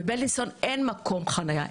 בבילינסון אין מקום חניה.